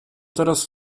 teraz